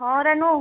ହଁ ରାନୁ